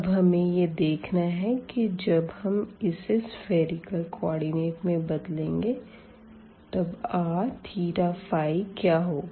अब हमें यह देखना है की जब हम इसे सफ़ेरिकल कोऑर्डिनेट में बदलेंगे तब rθϕ क्या होगा